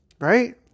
right